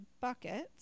buckets